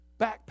backpack